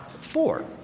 Four